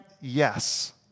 Yes